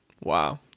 wow